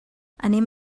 anem